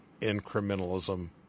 incrementalism